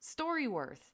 StoryWorth